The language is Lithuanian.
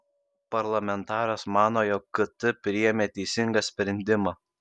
parlamentaras mano jog kt priėmė teisingą sprendimą